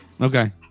Okay